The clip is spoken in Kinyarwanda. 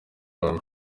abantu